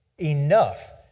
Enough